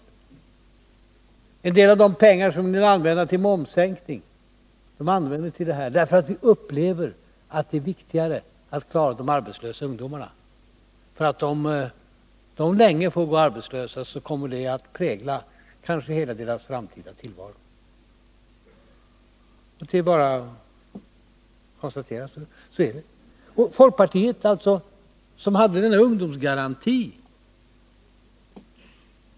Vi anser att en del av de pengar som ni vill använda till momssänkning bör användas till det här, därför att vi upplever det som viktigare att klara de arbetslösa ungdomarna — för om de får gå arbetslösa länge, så kommer det kanske att prägla hela deras framtida tillvaro. Det är bara att konstatera att det är så. Folkpartiet hade den där ungdomsgarantin.